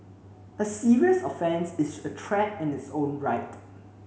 a serious offence is a threat in its own right